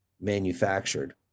manufactured